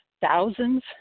thousands